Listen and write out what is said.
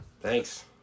thanks